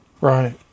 Right